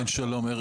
כן, שלום.